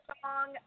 song